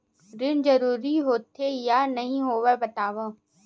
ऋण जरूरी होथे या नहीं होवाए बतावव?